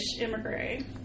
immigrant